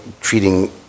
treating